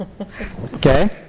okay